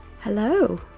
Hello